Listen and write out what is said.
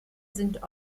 sind